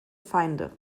feinde